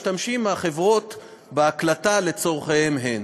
החברות משתמשות בהקלטה לצורכיהן שלהן.